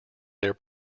their